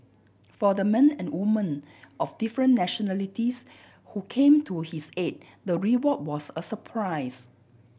for the men and women of different nationalities who came to his aid the reward was a surprise